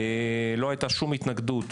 לא הייתה שום התנגדות